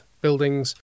buildings